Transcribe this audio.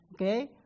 Okay